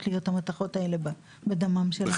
להיות המתכות האלה בדמם של אנשים.